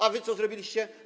A wy co zrobiliście?